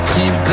Keep